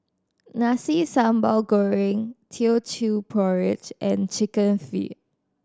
Nasi Sambal Goreng Teochew Porridge and Chicken Feet